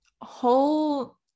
whole